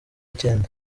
icyenda